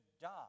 die